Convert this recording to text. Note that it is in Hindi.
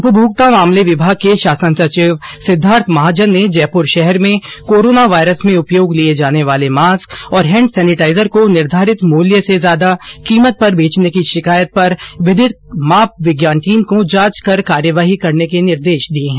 उपभोक्ता मामले विभाग के शासन सचिव सिद्वार्थ महाजन ने जयपुर शहर में कोरोना वायरस में उपयोग लिए जाने वाले मास्क और हैंड सैनिटाइजर को निर्धारित मूल्य से ज्यादा कीमत पर बेचने की शिकायत पर विधिक माप विज्ञान टीम को जांच कर कार्यवाही करने के निर्देश दिए है